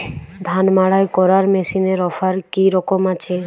ধান মাড়াই করার মেশিনের অফার কী রকম আছে?